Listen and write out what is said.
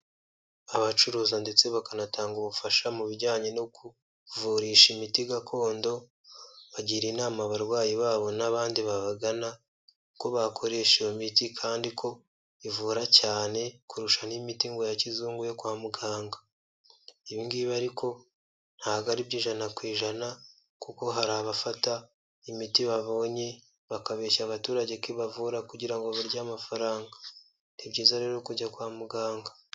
Abacuruza ndetse bakanatanga ubufasha mu bijyanye no kuvurisha imiti gakondo bagira inama abarwayi babo n'abandi babagana ko bakoresha iyo miti kandi ko ivura cyane kurusha n'imiti ngo ya kizungu yo kwa muganga. ibingibi ariko ntabwo ari byo ijana ku ijana kuko hari abafata imiti babonye bakabeshya abaturage kibavura kugira ngo barye amafaranga, ni byiza rero kujya kwa muganga